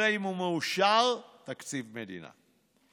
"אלא אם מאושר תקציב מדינה".